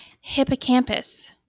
Hippocampus